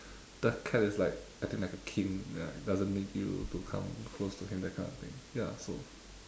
the cat is like acting like a king ya it doesn't make you to come close to him that kind of thing ya so